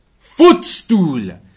footstool